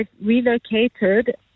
relocated